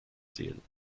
ziehen